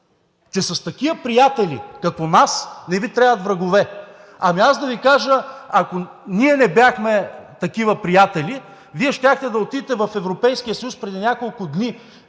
Че с такива приятели като нас не Ви трябват врагове. Ами аз да Ви кажа, ако ние не бяхме такива „приятели“, Вие щяхте да отидете в Европейския съюз преди няколко дни,